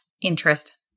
interest